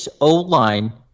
O-line